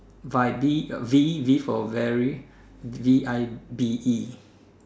vibe V V V for very V I B E